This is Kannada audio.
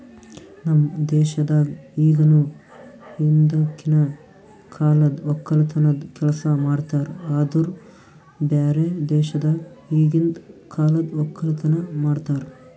ನಮ್ ದೇಶದಾಗ್ ಇಗನು ಹಿಂದಕಿನ ಕಾಲದ್ ಒಕ್ಕಲತನದ್ ಕೆಲಸ ಮಾಡ್ತಾರ್ ಆದುರ್ ಬ್ಯಾರೆ ದೇಶದಾಗ್ ಈಗಿಂದ್ ಕಾಲದ್ ಒಕ್ಕಲತನ ಮಾಡ್ತಾರ್